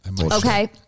Okay